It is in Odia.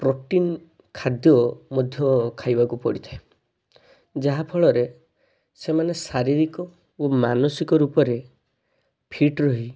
ପ୍ରୋଟିନ ଖାଦ୍ୟ ମଧ୍ୟ ଖାଇବାକୁ ପଡ଼ିଥାଏ ଯାହାଫଳରେ ସେମାନେ ଶାରୀରିକ ଓ ମାନସିକ ରୂପରେ ଫିଟ ରହି